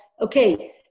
okay